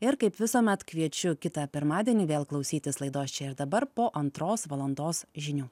ir kaip visuomet kviečiu kitą pirmadienį vėl klausytis laidos čia ir dabar po antros valandos žinių